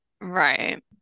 Right